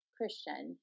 Christian